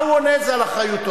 מה הוא עונה זה על אחריותו.